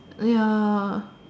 ya